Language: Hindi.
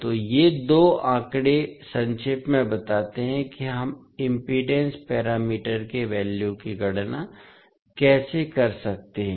तो ये दो आंकड़े संक्षेप में बताते हैं कि हम इम्पीडेन्स पैरामीटर के वैल्यू की गणना कैसे कर सकते हैं